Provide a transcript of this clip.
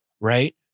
right